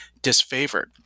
disfavored